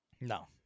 No